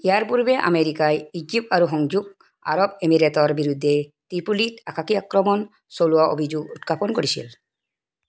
ইয়াৰ পূৰ্বে আমেৰিকাই ইজিপ্ত আৰু সংযুক্ত আৰব এমিৰেটৰ বিৰুদ্ধে ত্ৰিপোলীত আকাশী আক্ৰমণ চলোৱাৰ অভিযোগ উত্থাপন কৰিছিল